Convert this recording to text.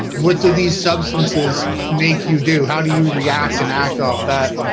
what do these substances make you do? how do you react and act off that?